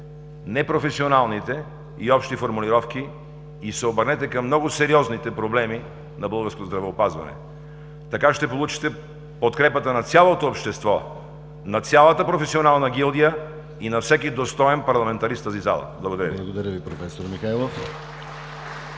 непрофесионалните и общи формулировки и се обърнете към много сериозните проблеми на българското здравеопазване! Така ще получите подкрепата на цялото общество, на цялата професионална гилдия и на всеки достоен парламентарист в тази зала. Благодаря Ви. (Ръкопляскания